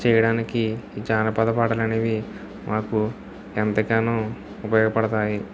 చేయడానికి జానపద పాటలు అనేవి మాకు ఎంతగానో ఉపయోగపడతాయి